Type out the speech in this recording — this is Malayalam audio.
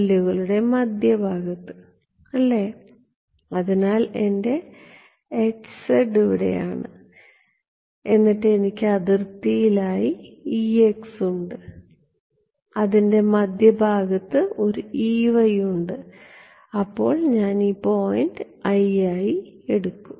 സെല്ലുകളുടെ മധ്യഭാഗത്ത് അല്ലേ അതിനാൽ എന്റെ ഇവിടെയാണ് എന്നിട്ട് എനിക്ക് അതിർത്തിയിലായി ഉണ്ട് അതിൻറെ മധ്യഭാഗത്ത് ഒരു ഉണ്ട് അപ്പോൾ ഞാൻ ഈ പോയിന്റ് i j ആയി എടുക്കും